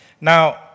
Now